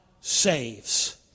saves